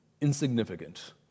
insignificant